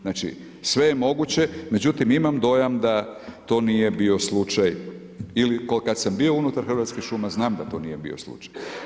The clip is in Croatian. Znači sve je moguće, međutim imam dojam da to nije bio slučaj ili kad sam bio unutar Hrvatskih šuma znam da to nije bio slučaj.